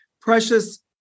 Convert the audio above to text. precious